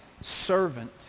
servant